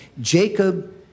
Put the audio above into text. Jacob